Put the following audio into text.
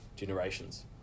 generations